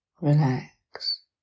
relax